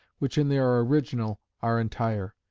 which in their original are entire.